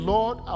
Lord